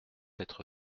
être